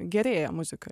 gerėja muzika